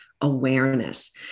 awareness